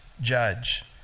judge